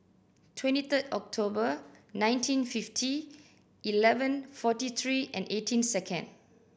twenty third October nineteen fifty eleven forty three and eighteen second